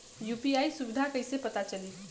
UPI सुबिधा कइसे पता चली?